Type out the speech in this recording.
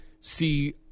see